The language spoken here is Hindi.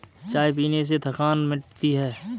चाय पीने से थकान मिटती है